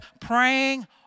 praying